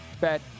bet